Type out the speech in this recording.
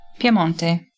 Piemonte